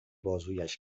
بازویش